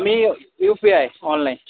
me U P I online